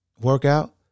workout